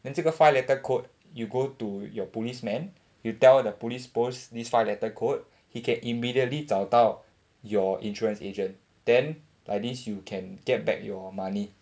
then 这个 five letter code you go to your policeman you tell the police post this five letter code he can immediately 找到 your insurance agent then like this you can get back your money